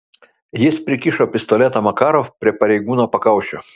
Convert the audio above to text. jis prikišo pistoletą makarov prie pareigūno pakaušio